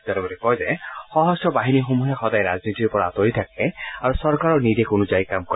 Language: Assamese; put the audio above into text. তেওঁ লগতে কয় যে সশস্ত্ৰ বাহিনীসমূহে সদায় ৰাজনীতিৰ পৰা আঁতৰি থাকে আৰু চৰকাৰৰ নিৰ্দেশ অনুযায়ী কাম কৰে